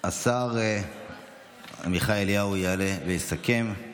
השר עמיחי אליהו יעלה ויסכם.